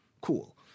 Cool